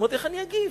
אמרתי: איך אני אגיב?